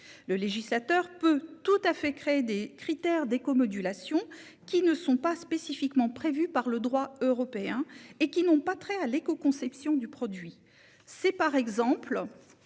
Le législateur peut tout à fait créer des critères d'écomodulation qui ne sont pas spécifiquement prévus par le droit européen et qui n'ont pas trait à l'écoconception du produit : c'est par exemple